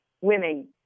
women